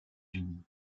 unis